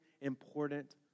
important